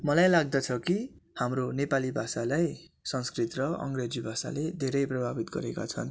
मलाई लाग्दछ कि हाम्रो नेपाली भाषालाई संस्कृत र अङ्ग्रेजी भाषाले धेरै प्रभावित गरेका छन्